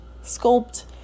sculpt